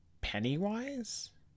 Pennywise